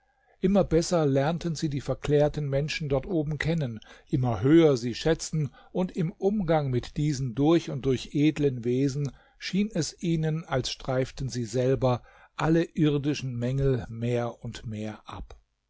immer besser lernten sie die verklärten menschen dort oben kennen immer höher sie schätzen und im umgang mit diesen durch und durch edlen wesen schien es ihnen als streiften sie selber alle irdischen mängel mehr und mehr ab